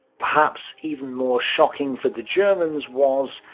perhaps even more shocking for the germans was,